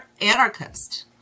Anarchist